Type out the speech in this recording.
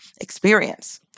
experience